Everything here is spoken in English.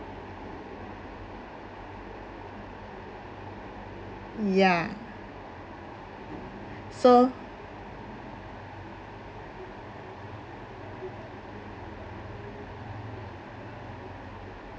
ya so